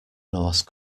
norse